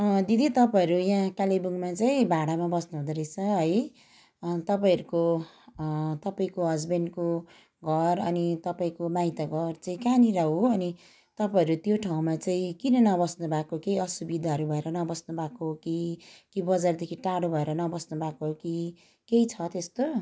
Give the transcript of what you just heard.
दिदी तपाईँहरू यहाँ कालेबुङमा चाहिँ भाडामा बस्नु हुँदोरहेछ है तपाईँहरूको तपाईँको हस्बेन्डको घर अनि तपाईँको माइत घर चाहिँ कहाँनिर हो अनि तपाईँहरू त्यो ठाउँमा चाहिँ किन नबस्नु भाएको के असुविधाहरू भएर नबस्नु भएको हो कि कि बजारदेखि टाढो भएर नबस्नु भएको कि केही छ त्यस्तो